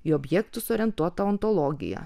į objektus orientuota ontologija